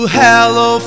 hello